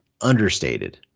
understated